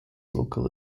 local